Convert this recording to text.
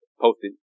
posted